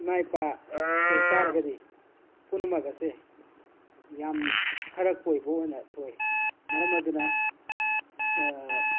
ꯏꯃꯥ ꯏꯄꯥ ꯑꯣꯏꯕ ꯇꯥꯔꯒꯗꯤ ꯄꯨꯝꯅꯃꯛ ꯑꯁꯦ ꯌꯥꯝ ꯈꯔ ꯀꯣꯏꯕ ꯑꯣꯏꯅ ꯊꯣꯛꯏ ꯃꯔꯝ ꯑꯗꯨꯅ